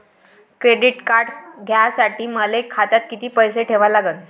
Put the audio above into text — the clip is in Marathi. क्रेडिट कार्ड घ्यासाठी मले खात्यात किती पैसे ठेवा लागन?